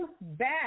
back